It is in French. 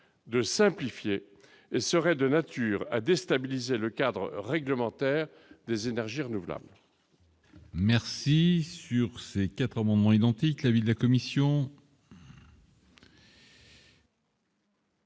de simplifier et serait de nature à déstabiliser le cadre réglementaire des énergies renouvelables.